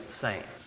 saints